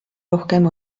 rohkem